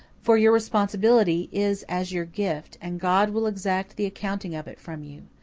for your responsibility is as your gift, and god will exact the accounting of it from you.